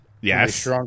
Yes